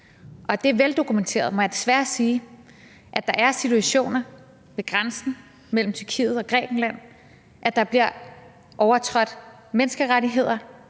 det er veldokumenteret, må jeg desværre sige, at der er situationer ved grænsen mellem Tyrkiet og Grækenland, hvor menneskerettighedskonventionen